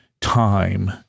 Time